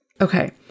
Okay